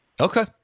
Okay